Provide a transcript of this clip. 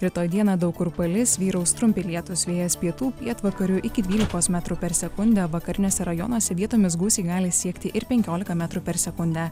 rytoj dieną daug kur palis vyraus trumpi lietūs vėjas pietų pietvakarių iki dvylikos metrų per sekundę vakariniuose rajonuose vietomis gūsiai gali siekti ir penkiolika metrų per sekundę